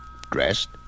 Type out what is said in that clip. dressed